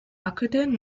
aquitaine